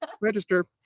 register